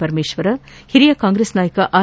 ಪರಮೇಶ್ವರ ಹಿರಿಯ ಕಾಂಗ್ರೆಸ್ ನಾಯಕ ಆರ್